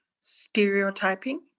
stereotyping